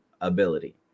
ability